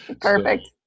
Perfect